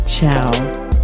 Ciao